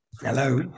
hello